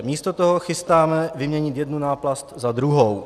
Místo toho chystáme vyměnit jednu náplast za druhou.